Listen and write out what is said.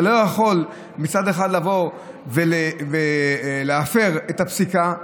אתה לא יכול לבוא ולהפר את הפסיקה,